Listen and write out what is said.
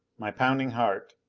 my pounding heart,